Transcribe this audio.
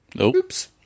Oops